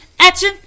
action